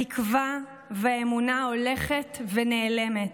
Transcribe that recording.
התקווה והאמונה הולכות ונעלמות,